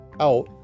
out